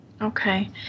Okay